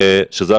שזה,